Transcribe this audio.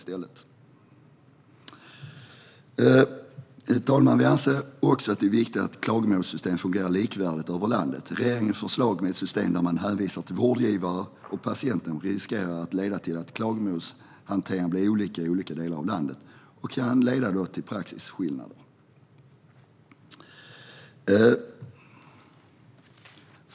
Herr talman! Vi anser att det är viktigt att klagomålssystemet fungerar likvärdigt över landet. Regeringens förslag om ett system där man är hänvisad till vårdgivare och patientnämnder riskerar att leda till att klagomålshanteringen blir olika i olika delar av landet, och det kan leda till praxisskillnader.